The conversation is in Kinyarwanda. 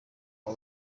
aba